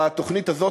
בתוכנית הזאת,